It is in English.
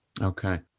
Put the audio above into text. Okay